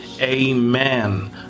Amen